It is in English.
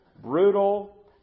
Brutal